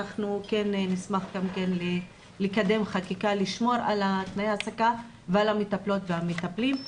נשמח לקדם חקיקה כדי לשמור על תנאי ההעסקה ועל המטפלות והמטפלים.